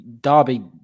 Derby